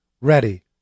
ready